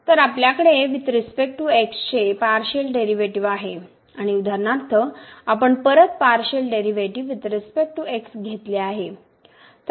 तर आपल्याकडे with respect to x चे पार्शिअल डेरीवेटीव आहे आणि उदाहरणार्थ आपण परत partial derivative with respect to x घेतले आहे